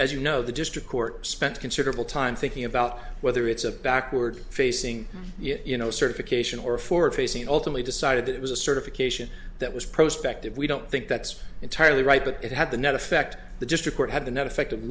as you know the district court spent considerable time thinking about whether it's a backward facing yet you know certification or a forward facing ultimately decided that it was a certification that was prospect of we don't think that's entirely right but it had the net effect the district court had the net effect